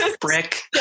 brick